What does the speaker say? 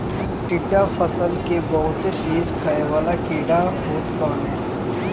टिड्डा फसल के बहुते तेज खाए वाला कीड़ा होत बाने